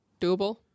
doable